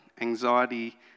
Anxiety